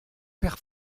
père